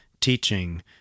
teaching